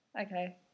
Okay